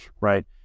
right